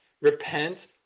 Repent